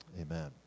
amen